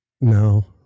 no